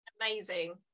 amazing